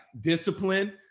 discipline